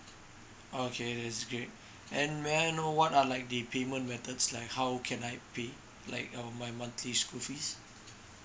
okay this is great and may I know what are like the payment methods like how can I pay like uh my monthly school fees